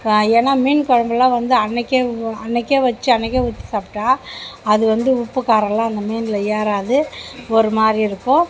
ஏன்னால் மீன் குழம்புலாம் வந்து அன்னிக்கே ஊ அன்னிக்கே வெச்சு அன்னிக்கே ஊற்றி சாப்பிட்டா அது வந்து உப்பு காரெல்லாம் அந்த மீனில் ஏறாது ஒரு மாதிரி இருக்கும்